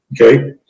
Okay